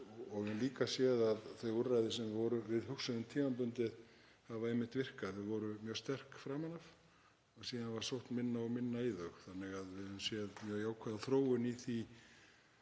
og við höfum líka séð að þau úrræði sem við hugsuðum tímabundið hafa einmitt virkað, þau voru mjög sterk framan af og síðan var sótt minna og minna í þau þannig að við höfum séð mjög jákvæða þróun í